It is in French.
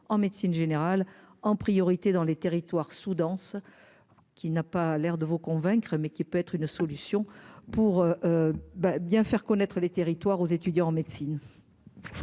en médecine générale en priorité dans les territoires sous-denses qui n'a pas l'air de vous convaincre, mais qui peut être une solution pour ben bien faire connaître les territoires aux étudiants mais.